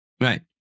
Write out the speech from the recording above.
right